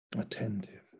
attentive